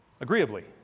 agreeably